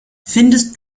findest